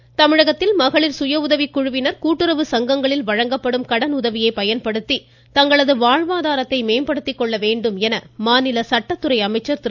சண்முகம் தமிழகத்தில் மகளிர் சுயஉதவிக்குழுவினர் கூட்டுறவு சங்கங்களில் வழங்கப்படும் கடனுதவியை பயன்படுத்தி தங்களது வாழ்வாதாரத்தை மேம்படுத்திக் கொள்ள வேண்டும் என மாநில சட்டத்துறை அமைச்சர் திரு